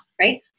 right